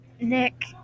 Nick